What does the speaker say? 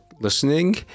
listening